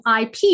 IP